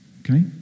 Okay